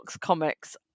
Comics